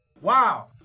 Wow